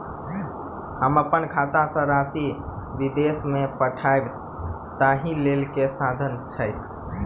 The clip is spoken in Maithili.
हम अप्पन खाता सँ राशि विदेश मे पठवै ताहि लेल की साधन छैक?